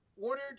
ordered